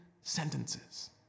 sentences